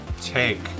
take